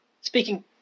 Speaking